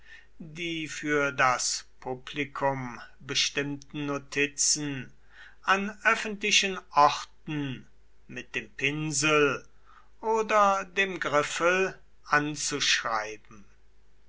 die für das publikum bestimmten notizen an öffentlichen orten mit dem pinsel oder dem griffel anzuschreiben